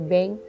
Bank